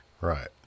Right